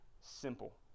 simple